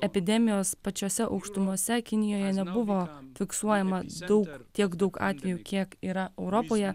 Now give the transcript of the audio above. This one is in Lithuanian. epidemijos pačiose aukštumose kinijoje nebuvo fiksuojama daug tiek daug atvejų kiek yra europoje